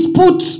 put